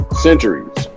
centuries